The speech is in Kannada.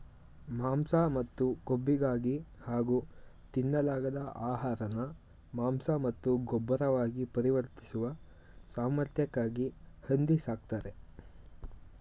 ಮಾಂಸ ಮತ್ತು ಕೊಬ್ಬಿಗಾಗಿ ಹಾಗೂ ತಿನ್ನಲಾಗದ ಆಹಾರನ ಮಾಂಸ ಮತ್ತು ಗೊಬ್ಬರವಾಗಿ ಪರಿವರ್ತಿಸುವ ಸಾಮರ್ಥ್ಯಕ್ಕಾಗಿ ಹಂದಿ ಸಾಕ್ತರೆ